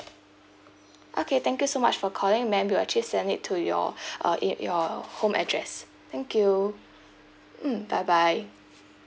okay thank you so much for calling ma'am we actually send it to your uh it your home address thank you mm bye bye